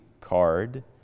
card